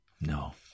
No